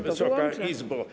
Wysoka Izbo!